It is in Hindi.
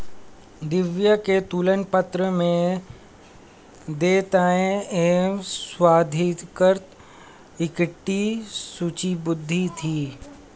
दिव्या के तुलन पत्र में देयताएं एवं स्वाधिकृत इक्विटी सूचीबद्ध थी